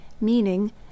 meaning